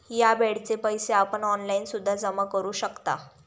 या बेडचे पैसे आपण ऑनलाईन सुद्धा जमा करू शकता